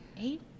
eight